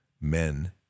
men